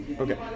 Okay